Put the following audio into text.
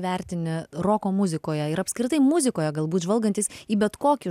vertini roko muzikoje ir apskritai muzikoje galbūt žvalgantis į bet kokį